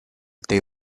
they